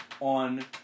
on